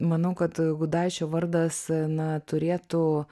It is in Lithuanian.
manau kad gudaičio vardas na turėtų